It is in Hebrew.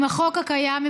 עם החוק הקיים,